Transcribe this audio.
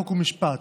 חוק ומשפט,